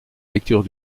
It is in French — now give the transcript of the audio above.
lecture